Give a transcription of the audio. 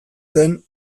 zen